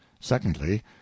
Secondly